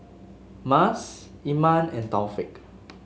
Mas Iman and Taufik